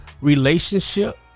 Relationship